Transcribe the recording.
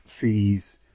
fees